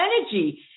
energy